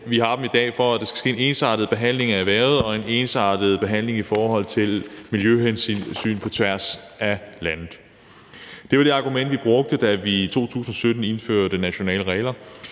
Vi har dem i dag, for at der skal ske en ensartet behandling af erhvervet og en ensartet behandling i forhold til miljøhensyn på tværs af landet. Det var det argument, vi brugte, da vi i 2017 indførte nationale regler.